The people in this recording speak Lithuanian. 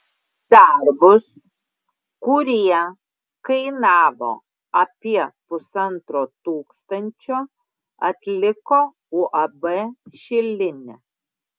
darbus kurie kainavo apie pusantro tūkstančio atliko uab šilinė